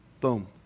Boom